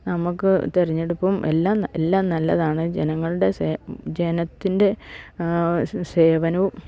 നമുക്ക് തെരഞ്ഞെടുപ്പും എല്ലാം എല്ലാം നല്ലതാണ് ജനങ്ങളുടെ ജനത്തിൻ്റെ സേവനവും